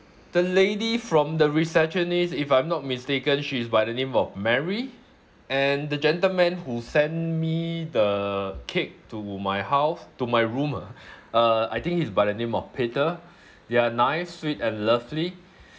the lady from the receptionist if I'm not mistaken she is by the name of mary and the gentleman who sent me the cake to my house to my room ah uh I think he's by the name of peter they are nice sweet and lovely